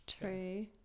true